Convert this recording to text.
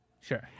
Sure